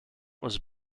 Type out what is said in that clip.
was